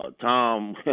Tom